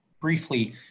Briefly